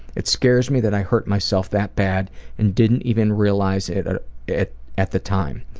it scares me that i hurt myself that bad and didn't even realize it at it at the time.